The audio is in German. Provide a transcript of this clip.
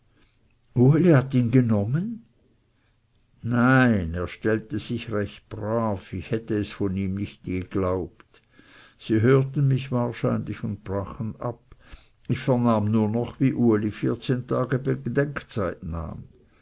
hat er ihn genommen nein er stellte sich recht brav ich hätte es nicht von ihm geglaubt sie hörten mich wahrscheinlich und brachen ab ich vernahm nur noch wie uli vierzehn tage bedenkzeit nahm